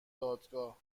دادگاه